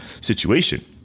situation